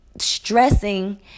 stressing